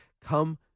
come